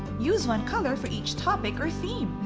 use one color for each topic or theme!